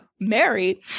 married